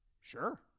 sure